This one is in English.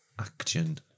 action